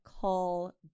call